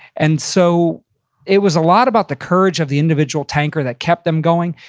and so it was a lot about the courage of the individual tanker that kept them going,